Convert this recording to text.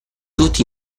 tutti